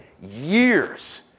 years